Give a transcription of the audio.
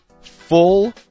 full